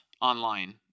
online